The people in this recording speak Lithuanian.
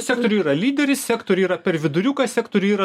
sektorių yra lyderis sektorių yra per viduriuką sektorių yra